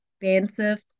expansive